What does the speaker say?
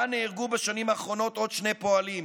שבה נהרגו בשנים האחרונות עוד שני פועלים.